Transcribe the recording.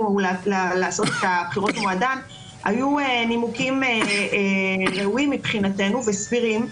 לעשות את הבחירות במועדן היו נימוקים ראויים מבחינתנו וסבירים,